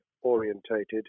orientated